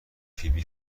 فیبی